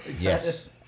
Yes